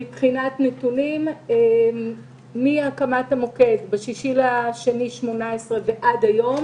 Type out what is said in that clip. מבחינת נתונים: מהקמת המוקד ב-6 בפברואר 2018 ועד היום